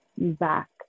back